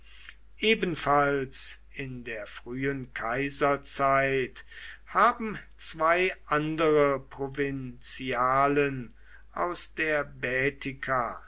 ebenfalls in der frühen kaiserzeit haben zwei andere provinzialen aus der